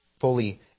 fully